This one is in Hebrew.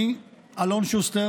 פשוט,